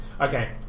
Okay